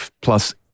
Plus